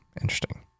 Interesting